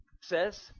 says